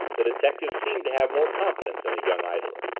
the detective seemed to have more confidence in the young idler.